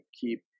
keep